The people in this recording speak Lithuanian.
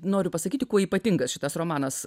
noriu pasakyti kuo ypatingas šitas romanas